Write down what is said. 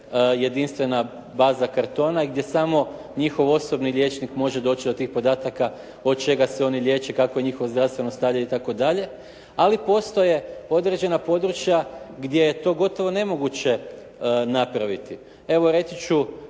jedinstvena baza kartona, gdje samo njihov osobni liječnik može doći do tih podataka od čega se oni liječe, kakvo je njihovo zdravstveno stanje itd.. Ali postoje određena područja gdje je to gotovo nemoguće napraviti.